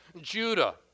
Judah